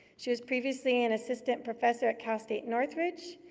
she was previously an assistant professor at cal state northridge.